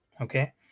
Okay